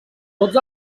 tots